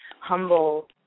humble